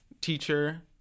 teacher